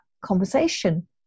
conversation